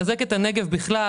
לחזק את הנגב בכלל,